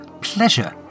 Pleasure